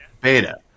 Beta